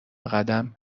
بقدم